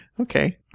Okay